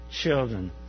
children